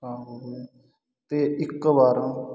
ਤੇ ਇੱਕ ਵਾਰ